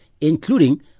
including